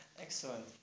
excellent